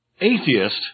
Atheist